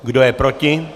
Kdo je proti?